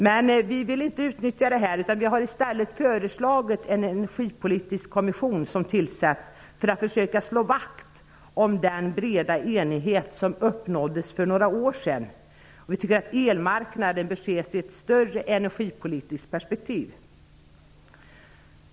Men vi vill inte utnyttja detta utan har i stället föreslagit att en energipolitisk kommission tillsätts för att försöka slå vakt om den breda enighet som uppnåddes för några år sedan. Vi tycker att elmarknaden bör ses i ett större energipolitiskt perspektiv.